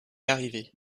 arriver